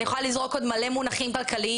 אני יכולה לזרוק עוד מלא מונחים כלכליים,